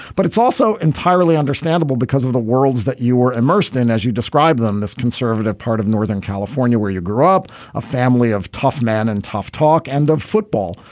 but it's also entirely understandable because of the worlds that you were immersed in as you describe them this conservative part of northern california where you grew up a family of tough man and tough talk. end of football.